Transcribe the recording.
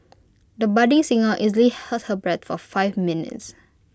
the budding singer easily held her breath for five minutes